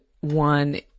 one